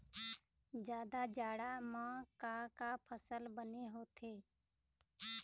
जादा जाड़ा म का का फसल बने होथे?